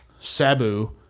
Sabu